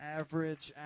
average